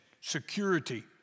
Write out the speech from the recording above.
security